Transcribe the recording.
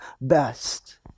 best